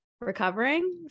recovering